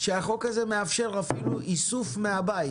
שהחוק זה מאפשר אפילו איסוף מן הבית